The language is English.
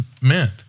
meant